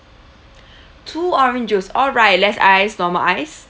two orange juice all right less ice normal ice